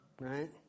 Right